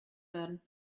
werden